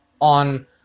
on